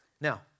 Now